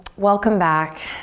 welcome back.